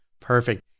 Perfect